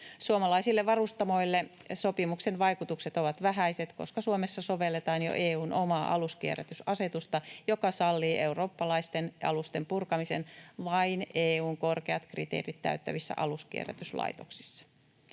Suomalaisille varustamoille sopimuksen vaikutukset ovat vähäiset, koska Suomessa sovelletaan jo EU:n omaa aluskierrätysasetusta, joka sallii eurooppalaisten alusten purkamisen vain EU:n korkeat kriteerit täyttävissä aluskierrätyslaitoksissa.